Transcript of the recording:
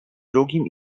drugim